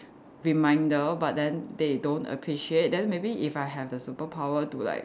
reminder but then they don't appreciate then maybe if I have the superpower to like